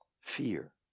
Fear